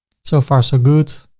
so far so good.